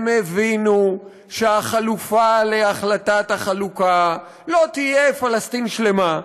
הם הבינו שהחלופה להחלטת החלוקה לא תהיה פלסטין שלמה,